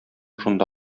шунда